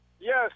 Yes